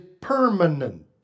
permanent